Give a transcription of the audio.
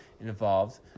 involved